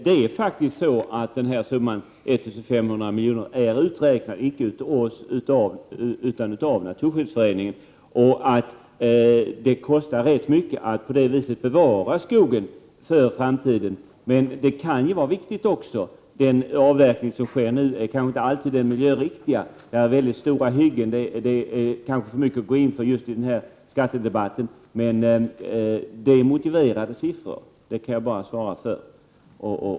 Fru talman! Summan 1 500 miljoner är faktiskt uträknad icke av oss utan av naturskyddsföreningen. Det kostar rätt mycket att på det viset bevara skogen för framtiden. Men det kan också vara viktigt. Den avverkning som sker nu är kanske inte alltid den miljöriktiga. Det finns väldigt stora hyggen. Det är kanske en överdrift att gå in på detta just i den här skattedebatten, men det är motiverade siffror. Det kan jag svara för.